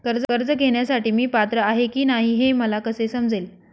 कर्ज घेण्यासाठी मी पात्र आहे की नाही हे मला कसे समजेल?